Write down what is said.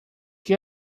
que